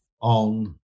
on